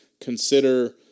consider